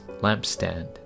lampstand